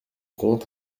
compte